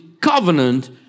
covenant